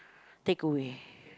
take away